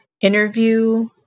interview